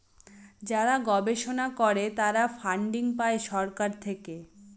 যারা গবেষণা করে তারা ফান্ডিং পাই সরকার থেকে